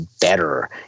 better